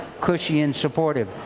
cushy and supportive.